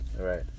Right